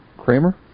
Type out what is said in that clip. Kramer